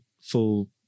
full